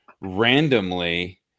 randomly